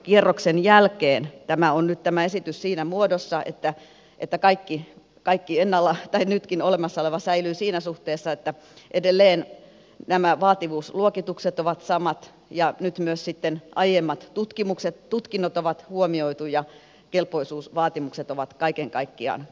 lausunnonantokierroksen jälkeen tämä esitys on nyt siinä muodossa että kaikki nytkin olemassa oleva säilyy siinä suhteessa että edelleen nämä vaativuusluokitukset ovat samat ja nyt myös sitten aiemmat tutkinnot on huomioitu ja kelpoisuusvaatimukset ovat kaiken kaikkiaan samat